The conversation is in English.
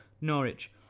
Norwich